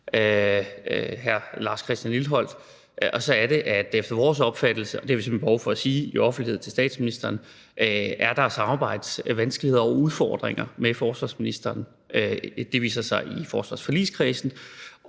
hr. Lars Christian Lilleholt. Efter vores opfattelse – det har vi simpelt hen behov for at sige i offentlighed til statsministeren – er der samarbejdsvanskeligheder og udfordringer med forsvarsministeren. Det viser sig i forsvarsforligskredsen